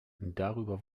darüber